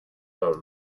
own